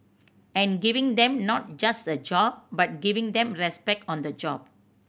and giving them not just a job but giving them respect on the job